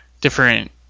different